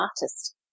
artist